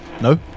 No